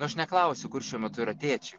nu aš neklausiu kur šiuo metu yra tėčiai